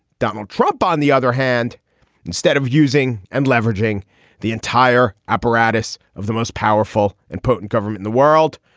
donald trump on the other hand instead of using and leveraging the entire apparatus of the most powerful and potent government in the world